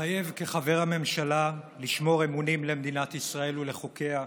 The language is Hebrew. מתחייב כחבר הממשלה לשמור אמונים למדינת ישראל ולחוקיה,